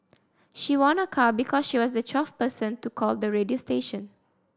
she won a car because she was the twelfth person to call the radio station